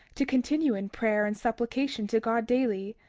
to continue in prayer and supplication to god daily,